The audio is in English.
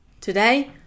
Today